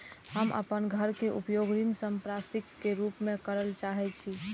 हम अपन घर के उपयोग ऋण संपार्श्विक के रूप में करल चाहि छी